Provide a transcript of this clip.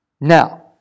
Now